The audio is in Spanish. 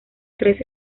tres